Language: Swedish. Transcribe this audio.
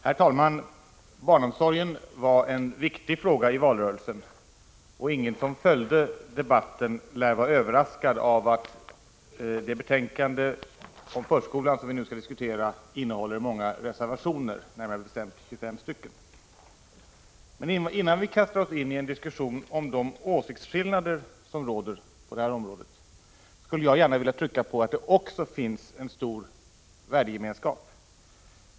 Herr talman! Barnomsorgen var en viktig fråga i valrörelsen, och ingen som följde debatten lär vara överraskad av att det betänkande om förskolan som vi nu skall diskutera innehåller många reservationer, närmare bestämt 2 Innan vi kastar oss in i en diskussion om de åsiktsskillnader som råder på detta område skulle jag gärna vilja trycka på att det också finns en stor värdegemenskap.